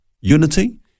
unity